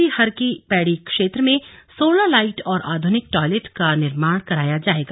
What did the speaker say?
इसके साथ ही हर की पैड़ी क्षेत्र में सोलर लाईट और आधुनिक टॉयलेट का निर्माण कराया जाएगा